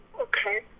okay